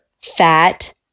fat